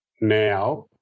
now